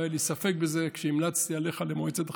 לא היה לי ספק בזה כשהמלצתי עליך למועצת חכמים,